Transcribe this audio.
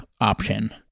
option